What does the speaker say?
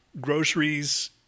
groceries